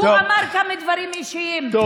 גם הוא אמר דברים אישיים.